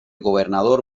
gobernador